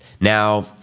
Now